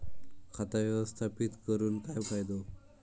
खाता व्यवस्थापित करून काय फायदो?